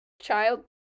child